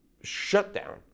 shutdown